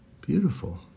Beautiful